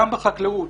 גם בחקלאות.